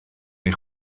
neu